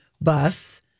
bus